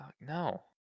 No